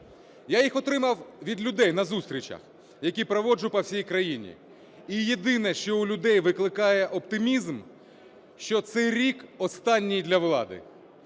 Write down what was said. Я їх отримав від людей на зустрічах, які проводжу по всій країні. І єдине, що у людей викликає оптимізм, що цей рік останній для влади.